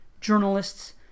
journalists